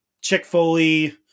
Chick-fil-A